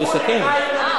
הוא יסכם.